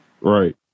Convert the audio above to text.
Right